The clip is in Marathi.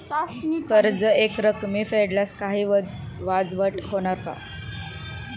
कर्ज एकरकमी फेडल्यास काही वजावट होणार का?